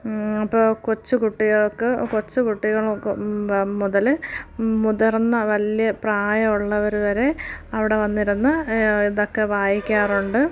അപ്പോൾ കൊച്ചു കുട്ടികൾക്ക് കൊച്ചുകുട്ടികൾ ഒക്കെ മുതൽ മുതിർന്ന വലിയ പ്രായമുള്ളവർ വരെ അവിടെ വന്നിരുന്നു ഇതൊക്കെ വായിക്കാറുണ്ട്